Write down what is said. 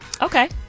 Okay